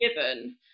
given